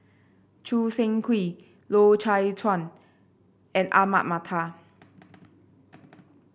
Choo Seng Quee Loy Chye Chuan and Ahmad Mattar